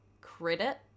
credit